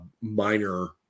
minor